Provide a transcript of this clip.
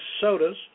sodas